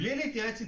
בלי להתייעץ אתנו,